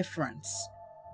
difference